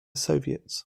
soviets